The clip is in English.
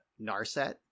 Narset